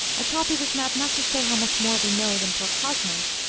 i copy this map, not to show how much more we know than poor cosmos,